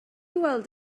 weld